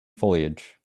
foliage